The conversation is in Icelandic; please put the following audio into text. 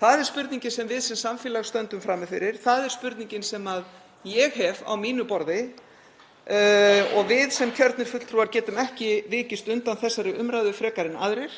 Það er spurningin sem við sem samfélag stöndum frammi fyrir. Það er spurningin sem ég hef á mínu borði og við sem kjörnir fulltrúar getum ekki vikist undan þessari umræðu frekar en aðrir.